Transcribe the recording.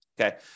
okay